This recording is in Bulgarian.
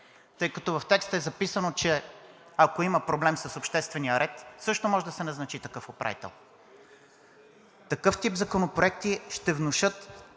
Тъй като в текста е записано, че ако има проблем с обществения ред, също може да се назначи такъв управител. Такъв тип законопроекти ще внушат